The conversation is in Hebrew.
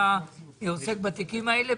אתה עוסק בתיקים האלה,